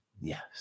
Yes